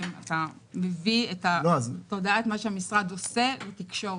אתה מביא את תודעת מה שהמשרד עושה לתקשורת.